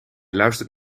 luistert